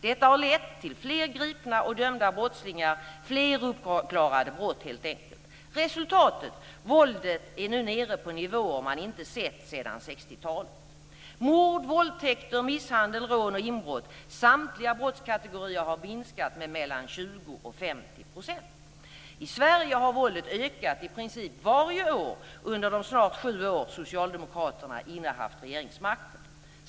Detta har lett till fler gripna och dömda brottslingar - fler uppklarade brott helt enkelt. Resultatet: Våldet är nu nere på nivåer som man inte sett sedan 60-talet. Mord, våldtäkter, misshandel, rån och inbrott, samtliga brottskategorier har minskat med 20-50 %. I Sverige har våldet ökat i princip varje år under de snart sju år som socialdemokraterna innehaft regeringsmakten.